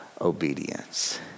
obedience